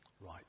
right